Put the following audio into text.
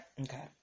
Okay